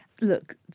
Look